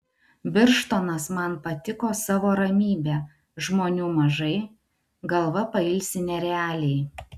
birštonas man patiko savo ramybe žmonių mažai galva pailsi nerealiai